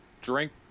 drink